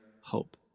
hope